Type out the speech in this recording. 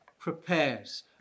prepares